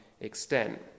extent